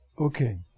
Okay